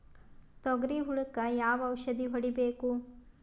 ತೊಗರಿ ಹುಳಕ ಯಾವ ಔಷಧಿ ಹೋಡಿಬೇಕು?